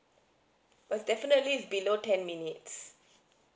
was definitely is below ten minutes